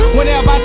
Whenever